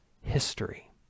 history